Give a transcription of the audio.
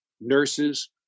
nurses